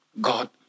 God